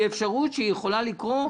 היא יכולה לקרות.